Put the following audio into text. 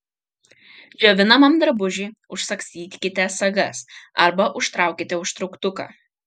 džiovinamam drabužiui užsagstykite sagas arba užtraukite užtrauktuką